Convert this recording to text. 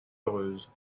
heureuse